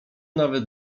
nawet